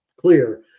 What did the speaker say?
clear